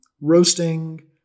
roasting